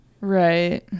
right